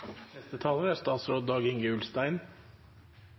Neste talar er